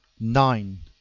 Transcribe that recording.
nine.